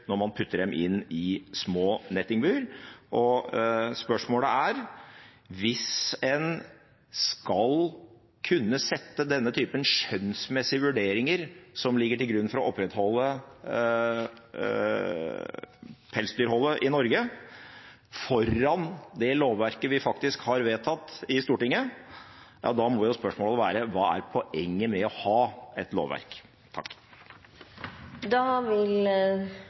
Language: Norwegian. når man putter dem inn i små nettingbur. Hvis en skal kunne sette denne typen skjønnsmessige vurderinger som ligger til grunn for å opprettholde pelsdyrholdet i Norge, foran det lovverket vi faktisk har vedtatt i Stortinget, ja da må jo spørsmålet være hva som er poenget med å ha et lovverk.